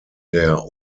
der